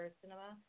cinema